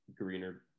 greener